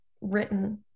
written